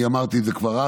אני אמרתי את זה כבר אז,